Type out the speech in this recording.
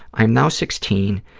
i'm now sixteen.